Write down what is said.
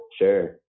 sure